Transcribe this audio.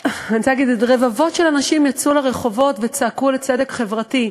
אני חייבת להגיד את זה: רבבות של אנשים יצאו לרחובות וצעקו לצדק חברתי.